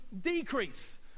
decrease